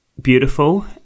beautiful